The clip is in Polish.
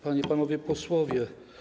Panie i Panowie Posłowie!